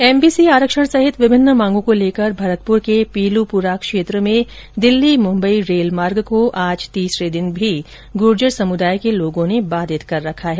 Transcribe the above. MBC आरक्षण समेत विभिन्न मांगों को लेकर भरतपुर के पीलूपुरा क्षेत्र में दिल्ली मुंबई रेल मार्ग को आज तीसरे दिन भी गूर्जर समुदाय के लोगों ने बाधित कर रखा है